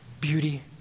beauty